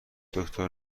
دکتر